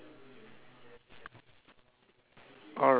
oh now is a top one eh be~ below one is it